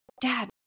dad